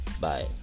Bye